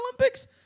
Olympics